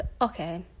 okay